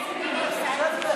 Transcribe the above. חברי הכנסת,